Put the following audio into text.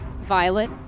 Violet